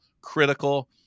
critical